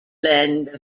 blend